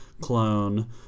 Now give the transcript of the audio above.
clone